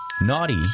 naughty